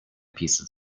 pieces